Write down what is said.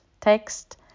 text